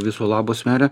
viso labo sveria